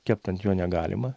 kept ant jo negalima